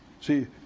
See